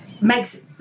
makes